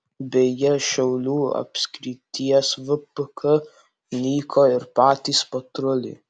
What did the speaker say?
beje šiaulių apskrities vpk nyko ir patys patruliai